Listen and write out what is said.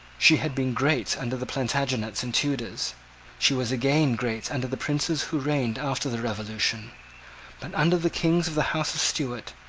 she had been great under the plantagenets and tudors she was again great under the princes who reigned after the revolution but, under the kings of the house of stuart,